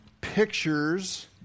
pictures